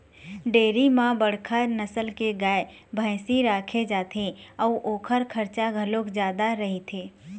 dairy म बड़का नसल के गाय, भइसी राखे जाथे अउ ओखर खरचा घलोक जादा रहिथे